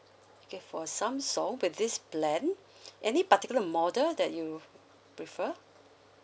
okay for samsung with this plan any particular model that you prefer